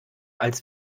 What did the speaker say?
als